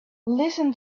listen